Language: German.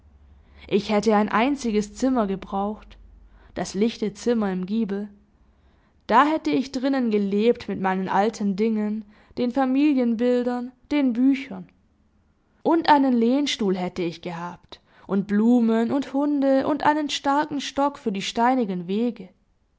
ich hätte ein einziges zimmer gebraucht das lichte zimmer im giebel da hätte ich drinnen gelebt mit meinen alten dingen den familienbildern den büchern und einen lehnstuhl hätte ich gehabt und blumen und hunde und einen starken stock für die steinigen wege